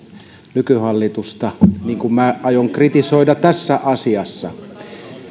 nykyhallitusta niin kuin aion kritisoida tässä asiassa